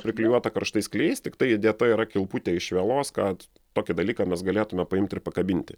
priklijuota karštais klijais tiktai įdėta yra kilputė iš vielos kad tokį dalyką mes galėtume paimt ir pakabinti